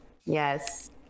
Yes